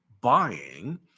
buying